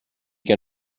que